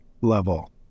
level